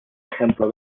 ejemplo